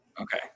Okay